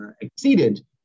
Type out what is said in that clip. exceeded